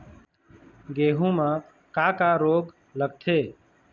गेहूं म का का रोग लगथे?